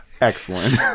Excellent